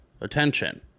attention